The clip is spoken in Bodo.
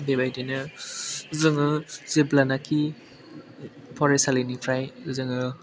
बेबायदिनो जोङो जेब्लानोखि फरायसालिनिफ्राय जोङो